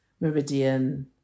Meridian